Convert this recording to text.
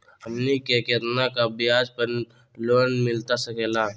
हमनी के कितना का ब्याज पर लोन मिलता सकेला?